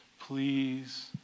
Please